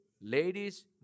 ladies